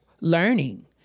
learning